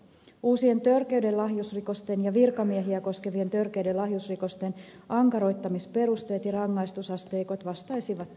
uusien törkeiden lahjusrikosten ja virkamiehiä koskevien törkeiden lahjusrikosten ankaroittamisperusteet ja rangaistusasteikot vastaisivat toisiaan